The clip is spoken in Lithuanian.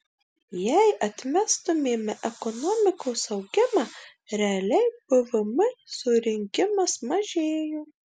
jei atmestumėme ekonomikos augimą realiai pvm surinkimas mažėjo